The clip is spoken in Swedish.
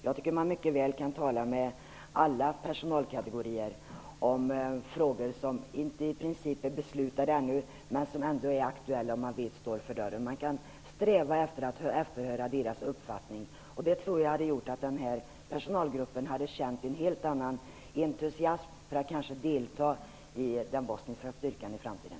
Jag tycker att man mycket väl kan tala med alla personalkategorier om frågor som i princip inte är beslutade ännu men som står för dörren. Det går att sträva efter att efterhöra deras uppfattning. Jag tror då att den personalgruppen hade känt en helt annan entusiasm för att delta i den bosniska styrkan i framtiden.